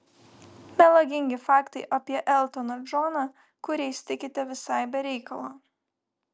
melagingi faktai apie eltoną džoną kuriais tikite visai be reikalo